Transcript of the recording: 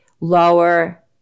lower